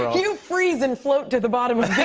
you freeze and float to the bottom of